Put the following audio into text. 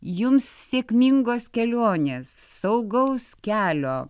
jums sėkmingos kelionės saugaus kelio